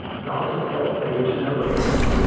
lalta felt there was no way out.